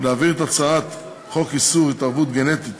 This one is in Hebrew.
להעביר את הצעת חוק איסור התערבות גנטית